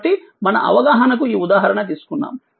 కాబట్టిమన అవగాహనకు ఈ ఉదాహరణ తీసుకున్నాము